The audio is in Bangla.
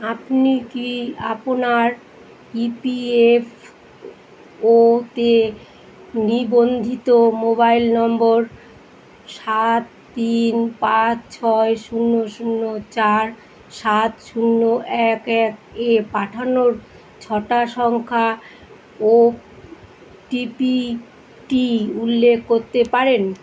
আপনি কি আপনার ইপিএফ ওতে নিবন্ধিত মোবাইল নম্বর সাত তিন পাঁচ ছয় শূন্য শূন্য চার সাত শূন্য এক এক এ পাঠানো ছটা সংখ্যা ওটিপিটি উল্লেখ করতে পারেন